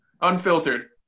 Unfiltered